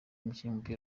umukinnyi